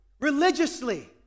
religiously